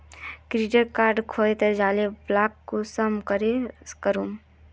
Credit card खोये जाले पर ब्लॉक कुंसम करे करूम?